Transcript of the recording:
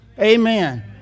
Amen